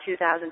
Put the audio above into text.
2000